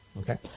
Okay